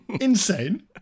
insane